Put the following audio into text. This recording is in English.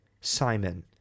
Simon